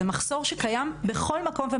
זה מחסור שקיים בכל מקום.